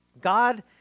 God